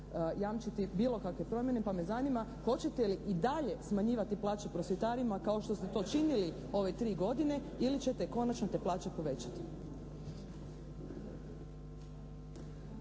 jamčiti bilo kakve promjene pa me zanima hoćete li i dalje smanjivati plaće prosvjetarima kao što ste to činili ove tri godine ili ćete konačno te plaće povećati?